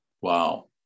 Wow